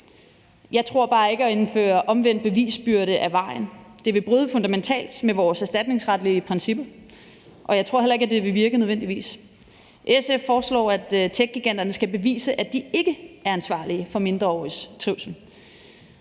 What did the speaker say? Jeg tror bare ikke, at det at indføre omvendt bevisbyrde er vejen. Det vil bryde fundamentalt med vores erstatningsretlige principper, og jeg tror heller ikke, det nødvendigvis vil virke. SF foreslår, at techgiganterne skal bevise, at de ikke er ansvarlige for mindreåriges trivsel,